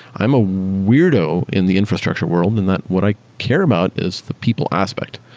i'm a weirdo in the infrastructure world and that what i care about is the people aspect,